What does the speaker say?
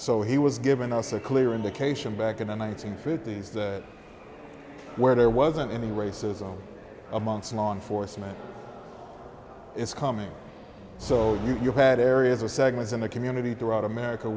so he was giving us a clear indication back in the nineteen fifties that where there wasn't any racism among law enforcement is coming so you had areas or segments in the community throughout america